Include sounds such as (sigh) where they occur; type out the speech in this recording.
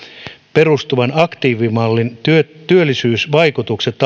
perustuvan aktiivimallin työllisyysvaikutukset (unintelligible)